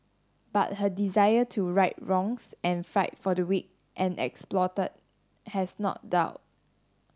but her desire to right wrongs and fight for the weak and exploited has not dulled